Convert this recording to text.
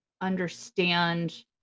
understand